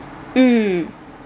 mm